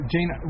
Jane